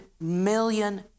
million